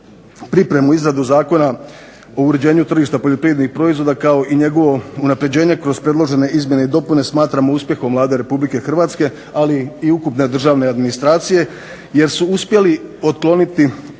pripremu i izradu Zakona o uređenju tržišta poljoprivrednih proizvoda kao i njegovo unapređenje kroz predložene izmjene i dopune smatramo uspjehom Vlade Republike Hrvatske, ali i ukupne državne administracije jer su uspjeli otkloniti određene